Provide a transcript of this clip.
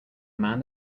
man